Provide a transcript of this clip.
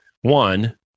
One